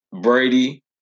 Brady